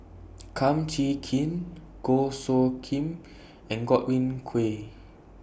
Kum Chee Kin Goh Soo Khim and Godwin Koay